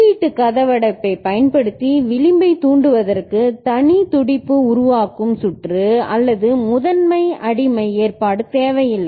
உள்ளீட்டு கதவடைப்பைப் பயன்படுத்தி விளிம்பைத் தூண்டுவதற்கு தனி துடிப்பு உருவாக்கும் சுற்று அல்லது முதன்மை அடிமை ஏற்பாடு தேவையில்லை